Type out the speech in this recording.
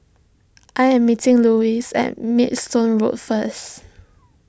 I am meeting Luis at Maidstone Road first